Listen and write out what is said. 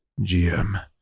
GM